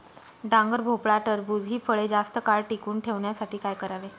डांगर, भोपळा, टरबूज हि फळे जास्त काळ टिकवून ठेवण्यासाठी काय करावे?